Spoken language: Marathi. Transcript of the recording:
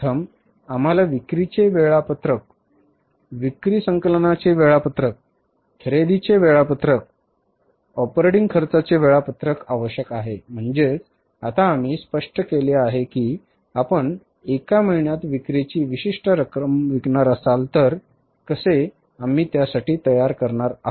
प्रथम आम्हाला विक्रीचे वेळापत्रक विक्री संकलनाचे वेळापत्रक खरेदीचे वेळापत्रक खरेदीचे वेळापत्रक ऑपरेटिंग खर्चाचे वेळापत्रक आवश्यक आहे म्हणजेच आता आम्ही स्पष्ट केले आहे की आपण एका महिन्यात विक्रीची विशिष्ट रक्कम विकणार असाल तर कसे आम्ही त्यासाठी तयार करणार आहोत